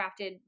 crafted